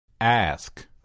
Ask